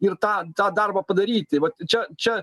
ir tą tą darbą padaryti vat čia čia